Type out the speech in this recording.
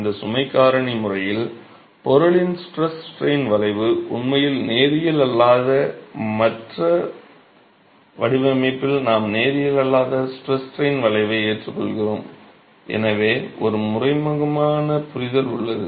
இந்த சுமை காரணி முறையில் பொருளின் ஸ்ட்ரெஸ் ஸ்ட்ரைன் வளைவு உண்மையில் நேரியல் அல்லாதது மற்றும் வடிவமைப்பில் நாம் நேரியல் அல்லாத ஸ்ட்ரெஸ் ஸ்ட்ரைன் வளைவை ஏற்றுக்கொள்கிறோம் என்று ஒரு மறைமுகமான புரிதல் உள்ளது